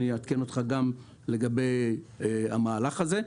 אני אעדכן אותך גם לגבי המהלך הזה.